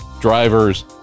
drivers